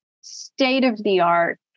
state-of-the-art